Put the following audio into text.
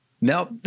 nope